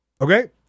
Okay